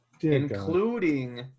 Including